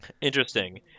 Interesting